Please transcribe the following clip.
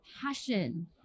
passion